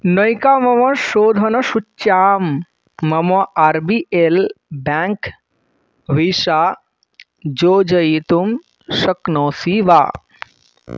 नैका मम शोधनसूच्यां मम R B L bank Visa योजयितुं शक्नोषि वा